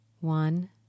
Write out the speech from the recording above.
One